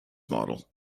model